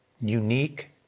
unique